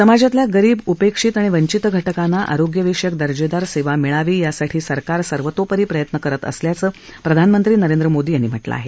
समाजातल्या गरीब उपेक्षित आणि वंचित घटकांना आरोग्यविषयक दर्जेदार सेवा मिळावी यासाठी सरकार सर्वतोपरी प्रयत्न करत असल्याचं प्रधानमंत्री नरेंद्र मोदी यांनी म्हटलं आहे